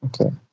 Okay